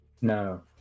no